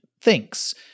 thinks